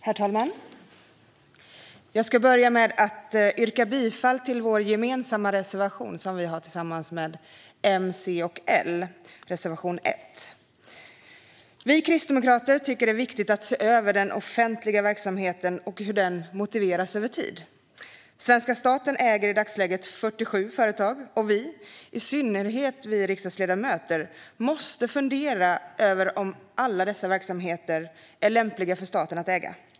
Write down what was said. Herr talman! Jag ska börja med att yrka bifall till den gemensamma reservation vi har med M, C och L, nr 1. Vi kristdemokrater tycker att det är viktigt att se över den offentliga verksamheten och hur den motiveras över tid. Svenska staten äger i dagsläget 47 företag, och i synnerhet vi riksdagsledamöter måste fundera över om alla dessa verksamheter är lämpliga för staten att äga.